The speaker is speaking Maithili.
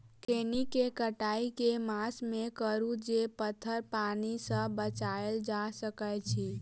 खैनी केँ कटाई केँ मास मे करू जे पथर पानि सँ बचाएल जा सकय अछि?